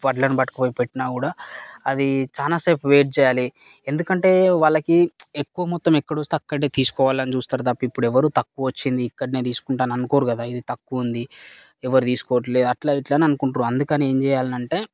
వడ్లని పట్టుకుపోయి పెట్టిన కూడా అది చాలా సేపు వెయిట్ చేయాలి ఎందుకంటే వాళ్ళకి ఎక్కువ మొత్తం ఎక్కడొస్తే అక్కడే తీసుకోవాలని చూస్తారు తప్ప ఇప్పుడు ఎవరు తక్కువ వచ్చింది ఇక్కడనే తీసుకుంటాం అనుకోరు కదా ఇది తక్కువ ఉంది ఎవరు తీసుకోట్లే అట్ల ఇట్లా అని అనుకుంటున్నారు అందుకని ఏం చేయాల్నంటే